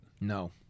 No